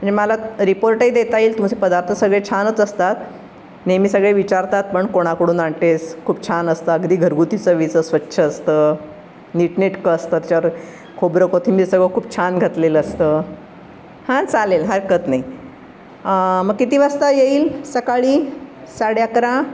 म्हणजे मला रिपोर्टही देता येईल तुमचे पदार्थ सगळे छानच असतात नेहमी सगळे विचारतात पण कोणाकडून आणतेस खूप छान असतं अगदी घरगुती चवीचं स्वच्छ असतं नीटनेटकं असतं त्याच्यावर खोबरं कोथिंबीर सगळं खूप छान घातलेलं असतं हां चालेल हरकत नाही मग किती वाजता येईल सकाळी साडेअकरा